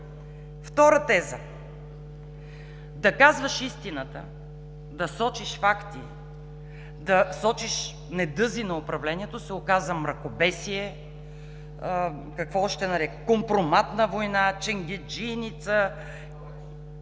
Втора теза – да казваш истината, да сочиш факти, да сочиш недъзи на управлението се оказа мракобесие, компроматна война, ченгеджийница,